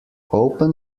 open